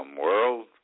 world